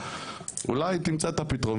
אולי תמצא את הפתרון,